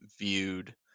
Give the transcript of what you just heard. viewed